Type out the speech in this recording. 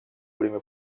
время